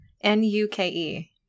N-U-K-E